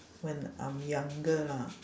when I'm younger lah